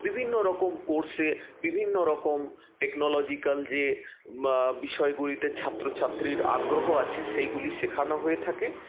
বিভিন্ন রকম কোর্সে বিভিন্ন রকম টেকনোলজিক্যাল যে বিষয়গুলিতে ছাত্রছাত্রীর আগ্রহ আছে সেগুলি শেখানো হয়ে থাকে